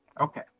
Okay